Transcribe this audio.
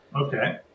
Okay